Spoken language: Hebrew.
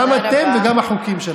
גם אתם וגם החוקים שלכם.